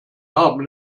haben